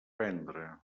vendre